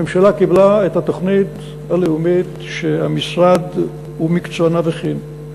הממשלה קיבלה את התוכנית הלאומית שהמשרד ומקצועניו הכינו,